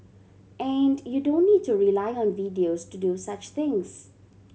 and you don't need to rely on videos to do such things